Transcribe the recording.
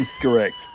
Correct